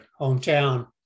hometown